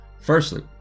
firstly